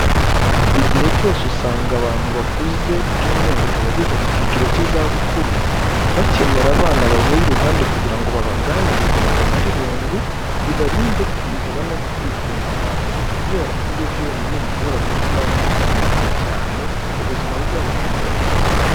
Igihe cyose usanga abantu bakuze by'umwihariko abageze mu kiciro k'izabukuru, bakenera abana baba iruhande kugira ngo babaganirize babamare irungu, bibarinde kwiheba no kwigunga kubera ko ibyo byonyine bishobora gutuma bigunga cyane, ubuzima bwabo bugacogora.